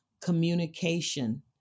communication